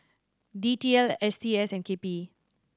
D T L S T S and K P E